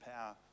power